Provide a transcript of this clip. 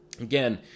again